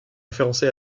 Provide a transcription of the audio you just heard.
référencé